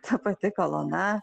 ta pati kolona